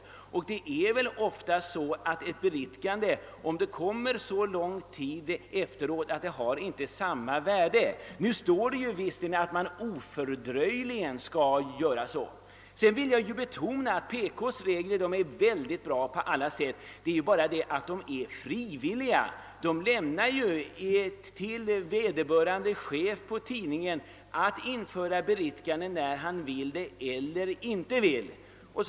Jo, en enskild tjänsteman. Om ett beriktigande kommer alltför lång tid efteråt, har det inte längre samma värde. Nu står det visserligen att man ofördröjligen skall införa ett beriktigande, men så kan inte alltid ske. Jag vill betona att Publicistklubbens regler är mycket bra på alla sätt, men de har den svagheten att de är frivilliga. Det blir vederbörande tidningschef som får avgöra om och när ett beriktigande skall införas.